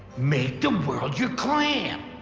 make the world your clam!